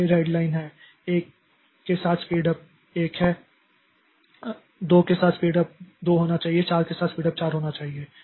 तो यह रेडलाइन है 1 के साथ स्पीड अप 1 है 2 के साथ स्पीड अप 2 होना चाहिए 4 के साथ स्पीड अप 4 होना चाहिए